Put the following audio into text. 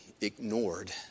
ignored